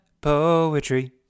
poetry